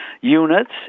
units